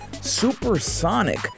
supersonic